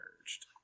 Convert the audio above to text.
merged